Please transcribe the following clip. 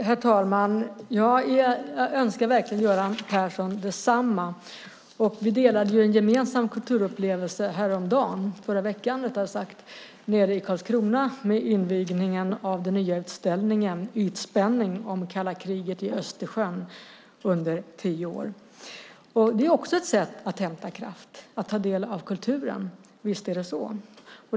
Herr talman! Jag önskar verkligen Göran Persson detsamma. Vi delade en gemensam kulturupplevelse i förra veckan i Karlskrona med invigning av den nya utställningen Ytspänning om kalla kriget i Östersjön under tio år. Att ta del av kulturen är också ett sätt att hämta kraft. Visst är det så.